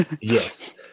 yes